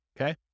Okay